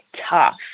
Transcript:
tough